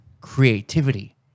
creativity